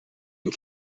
and